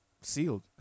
sealed